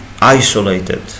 isolated